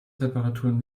temperaturen